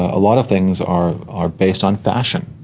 a lot of things are are based on fashion,